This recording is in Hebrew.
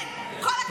כן, כל הכבוד לשר.